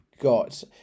got